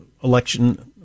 election